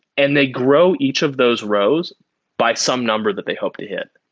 and they grow each of those rows by some number that they hope to hit.